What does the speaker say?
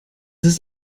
ist